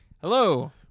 hello